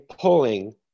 pulling